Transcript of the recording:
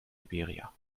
liberia